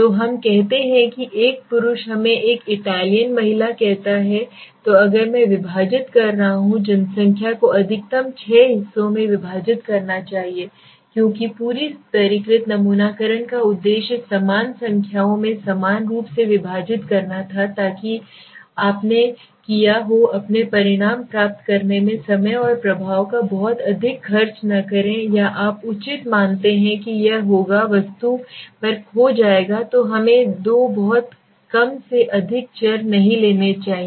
तो हम कहते हैं कि एक पुरुष हमें एक इटैलियन महिला कहता है तो अगर मैं विभाजित कर रहा हूं जनसंख्या को अधिकतम छह हिस्सों में विभाजित करना चाहिए क्योंकि पूरी स्तरीकृत नमूनाकरण का उद्देश्य समान संख्याओं में समान रूप से विभाजित करना था ताकि आपने किया हो अपने परिणाम प्राप्त करने में समय और प्रभाव का बहुत अधिक खर्च न करें या आप उचित जानते हैं कि यह होगा वस्तु पर खो जाएगा तो हमें दो बहुत कम से अधिक चर नहीं लेते हैं